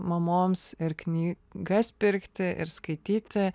mamoms ir knygas pirkti ir skaityti